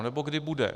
Nebo kdy bude.